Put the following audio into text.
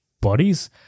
bodies